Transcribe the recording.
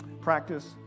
practice